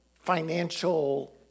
financial